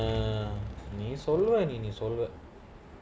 ah நீசொல்லுவநீசொல்லுவா:nee solluva nee solluva